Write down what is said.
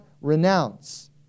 renounce